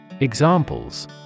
Examples